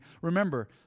Remember